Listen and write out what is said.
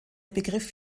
begriff